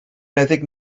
meddyg